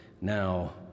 Now